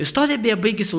istorija beje baigiasi